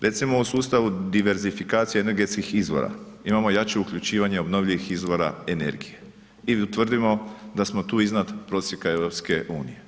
Recimo, u sustavu diversifikacije energetskih izvora imamo jače uključivanje obnovljivih izvora energije i utvrdimo da smo tu iznad prosjeka EU.